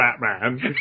Batman